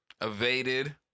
evaded